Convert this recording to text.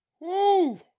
Woo